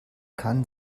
kann